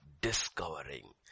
discovering